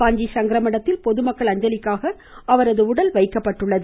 காஞ்சி சங்கரமடத்தில் பொதுமக்கள் அஞ்சலிக்காக அன்னாரது உடல் வைக்கப்பட்டுள்ளது